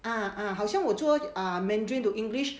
ah ah 好像我 ah mandarin to english